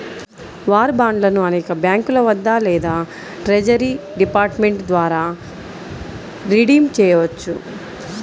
war బాండ్లను అనేక బ్యాంకుల వద్ద లేదా ట్రెజరీ డిపార్ట్మెంట్ ద్వారా రిడీమ్ చేయవచ్చు